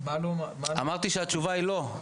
אמרתי שהתשובה היא "לא".